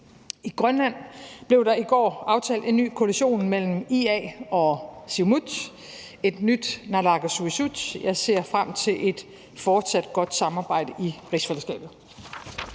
I Grønland blev der i går aftalt en ny koalition mellem IA og Siumut, et nyt naalakkersuisut. Jeg ser frem til et fortsat godt samarbejde i rigsfællesskabet.